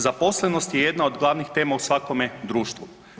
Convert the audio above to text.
Zaposlenost je jedna od glavnih tema u svakome društvu.